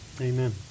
Amen